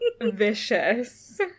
vicious